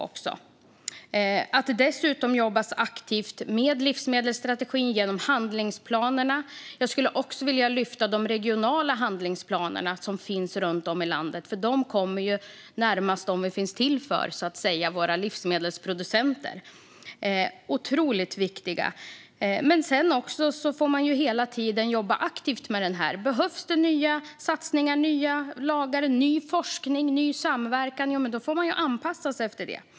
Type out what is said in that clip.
Det jobbas dessutom aktivt med livsmedelsstrategin genom handlingsplanerna. Jag vill lyfta fram de regionala handlingsplanerna, som finns runt om i landet. De kommer närmast dem som de finns till för: våra livsmedelsproducenter. De är otroligt viktiga. Man måste hela tiden jobba aktivt med detta. Behövs det nya satsningar, nya lagar, ny forskning och ny samverkan får man anpassa sig efter det.